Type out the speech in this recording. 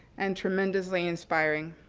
and tremendously inspiring.